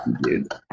dude